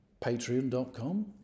patreon.com